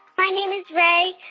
my name is rae.